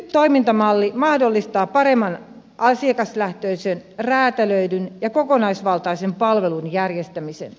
toimintamalli mahdollistaa paremman asiakaslähtöisen räätälöidyn ja kokonaisvaltaisen palvelun järjestämisen